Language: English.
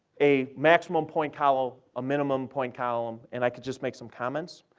a maximum point column, a minimum point column, and i could just make some comments.